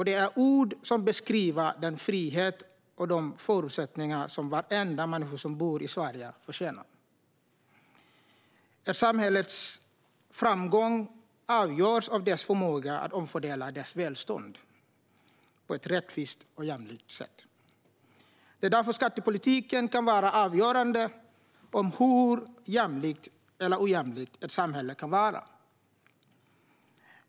Det är ord som beskriver den frihet och de förutsättningar som varenda människa som bor i Sverige förtjänar. Ett samhälles framgång avgörs av dess förmåga att omfördela dess välstånd på ett rättvist och jämlikt sätt. Det är därför skattepolitiken kan vara avgörande för hur jämlikt eller ojämlikt ett samhälle kan vara.